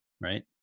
right